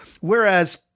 whereas